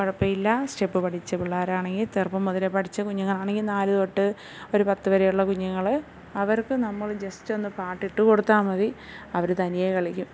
കുഴപ്പം ഇല്ല സ്റ്റെപ്പ് പഠിച്ച പിള്ളേരാണെങ്കിൽ ചെറുപ്പം മുതലേ പഠിച്ച കുഞ്ഞുങ്ങളാണെങ്കിൽ നാല് തൊട്ട് ഒരു പത്ത് വരേയുള്ള കുഞ്ഞുങ്ങൾ അവർക്ക് നമ്മൾ ജസ്റ്റ് ഒന്ന് പാട്ട് ഇട്ട് കൊടുത്താൽ മതി അവർ തനിയെ കളിക്കും